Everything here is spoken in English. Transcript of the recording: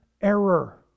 error